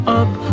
up